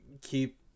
keep